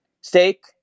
steak